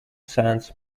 sands